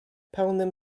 pełnym